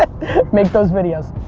make those videos.